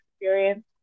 experience